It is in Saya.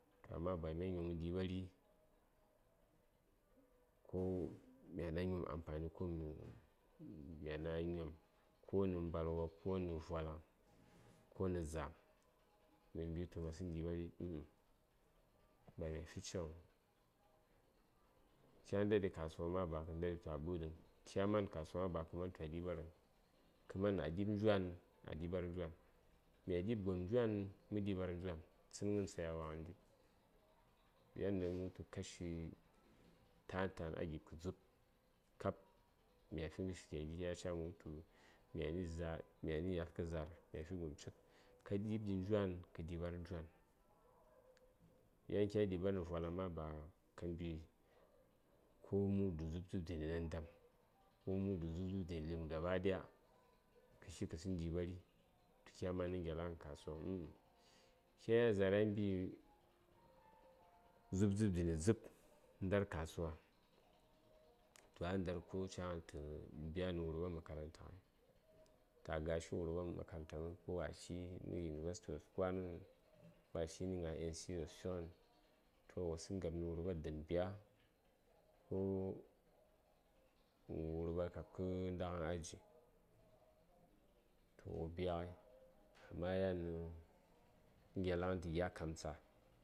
amma ba mya nyom mə ɗiɓari ko ba mya nyo amfani kawai mə mya na nyom ko nə mbalwa ko nə vwalaŋ ko nə zam mə mbitu masəŋ ɗiɓari uh uh ba mya fi cikghaŋ kya ndaɗi kasuwa ma ka man tu a ɓə:ɗəŋ kya man kasuwa ma ba ka man tu a ɗiɓarəŋ kə man a ɗib njwan a ɗiɓar njwan mya ɗib gom njwan mə ɗiɓar njwan tsənghən sayawa ghəndi yan mə wutu kashi tan tan a gib kə dzub kab mya fi ghəshi gya gi yan a ca mə wutumyani za:r myani yatlkə za:r mya fi gom cik ka ɗibɗi njwan kə ɗiɓar njwan yan kya ɗiɓarni vwalaŋ ba ka mbi ko mudu dzub dzub dəni nandam ko mudu dzub dzub dəni lim gaɓa ɗaya kə tli kə saŋ ɗiɓari tu kya man nə gyelaŋ ghən kasuwa uh uh kya yel za:r a mbi dzub dzub dəni dzub səŋ ndar kasuwa toh a ndar ko ca gnal tə biya nə wurɓa makaranta ghai ta gashi wurɓa makaranta mən ko a tli nə university wos kwan ghən ko a tli nə gna NCE wos fighən toh wosən ngab nə wurɓa dən biya ko wurba kabkə ndaghən aji toh wo biya ghai amma yan nə kə ngelaŋghən tə gya kamtsa